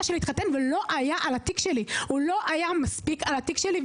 שלי התחתן והוא לא היה מספיק על התיק שלי.